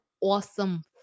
awesome